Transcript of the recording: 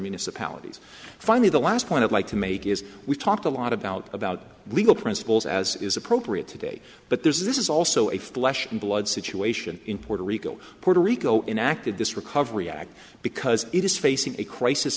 municipalities finally the last point i'd like to make is we talked a lot about about legal principles as is appropriate today but there's this is also a flesh and blood situation in puerto rico puerto rico inactive this recovery act because it is facing a crisis